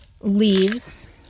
leaves